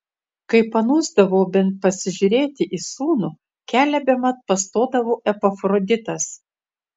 kai panūsdavau bent pasižiūrėti į sūnų kelią bemat pastodavo epafroditas